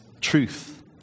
truth